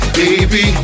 baby